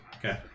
Okay